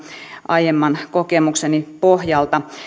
aiemman kokemukseni pohjalta